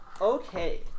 Okay